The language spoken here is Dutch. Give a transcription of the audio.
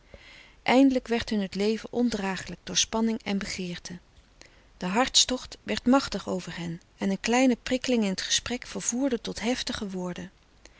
eindelijk werd hun t leven ondragelijk door spanning en begeerte de hartstocht werd machtig over hen en een kleine prikkeling in t gesprek vervoerde tot heftige woorden